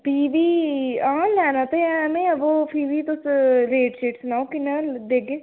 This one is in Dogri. भी बी हां लैना ते ऐ में बा फ्ही बी तुस रेट शेट सनाओ किन्ना दा देह्गे